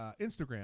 Instagram